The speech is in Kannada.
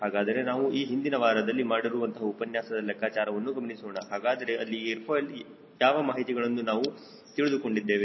ಹಾಗಾದರೆ ನಾವು ಈ ಹಿಂದಿನ ವಾರದಲ್ಲಿ ಮಾಡಿರುವಂತಹ ಉಪನ್ಯಾಸದ ಲೆಕ್ಕಾಚಾರವನ್ನು ಗಮನಿಸೋಣ ಹಾಗಾದರೆ ಅಲ್ಲಿ ಏರ್ ಫಾಯ್ಲ್ನ ಯಾವ ಮಾಹಿತಿಗಳನ್ನು ನಾವು ತಿಳಿದುಕೊಂಡಿದ್ದೇವೆ